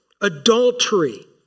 adultery